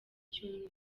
cyumweru